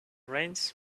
rains